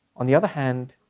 on the other hand,